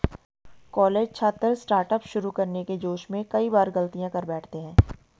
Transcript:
college छात्र startup शुरू करने के जोश में कई बार गलतियां कर बैठते हैं